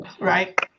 right